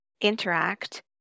interact